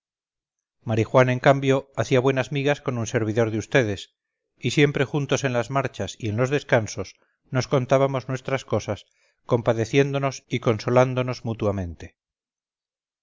marijuán en cambio hacía buenas migas con un servidor de vds y siempre juntos en las marchas y en losdescansos nos contábamos nuestras cosas compadeciéndonos y consolándonos mutuamente